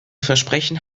versprechen